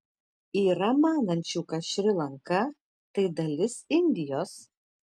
yra manančių kad šri lanka tai dalis indijos